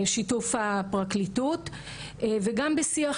והמהירות היא קריטית.